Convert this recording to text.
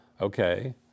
Okay